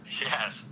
Yes